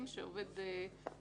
אבל צריך לעשות אותו בהדרגה.